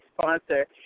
sponsor